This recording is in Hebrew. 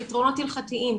פתרונות הלכתיים,